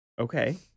Okay